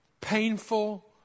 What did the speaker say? painful